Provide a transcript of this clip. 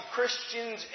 Christians